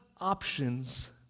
options